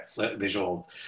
visual